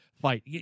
fight